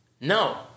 no